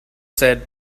said